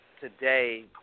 today